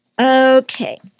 Okay